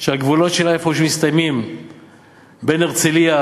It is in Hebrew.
שהגבולות שלה מסתיימים איפשהו בין הרצלייה